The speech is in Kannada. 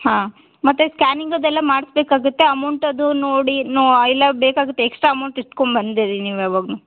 ಹಾಂ ಮತ್ತು ಸ್ಕ್ಯಾನಿಂಗ್ ಅದೆಲ್ಲ ಮಾಡಿಸ್ಬೇಕಾಗತ್ತೆ ಅಮೌಂಟ್ ಅದು ನೋಡಿ ನೋ ಐಲಾ ಬೇಕಾಗುತ್ತೆ ಎಕ್ಸ್ಟ್ರಾ ಅಮೌಂಟ್ ಇಟ್ಕೋಬಂದಿರಿ ನೀವು ಯಾವಾಗಲೂ